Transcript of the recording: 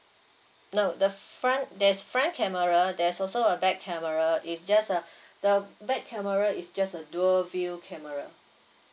no the front there's front camera there's also a back camera is just uh the back camera is just a dual view camera